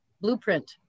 blueprint